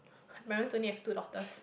parents only have two daughters